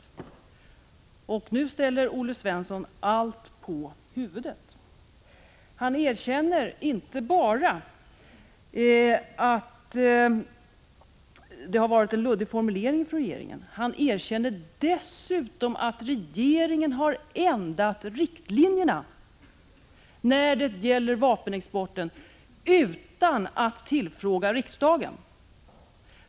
Nu ställer Granskning ov sjotsrd Olle Svensson allt på huvudet. Han erkänner inte bara att regeringen har a Et j Å z ER . dens tjänsteutövning gjort en luddig formulering. Han erkänner dessutom att regeringen har rf ändrat riktlinjerna för vapenexporten utan att tillfråga riksdagen.